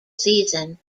season